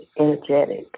energetic